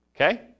Okay